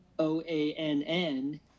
O-A-N-N